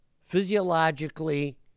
physiologically